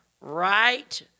right